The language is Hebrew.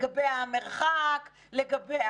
לגבי המרחק, לגבי